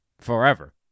forever